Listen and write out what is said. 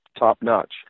top-notch